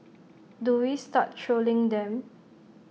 do we start trolling them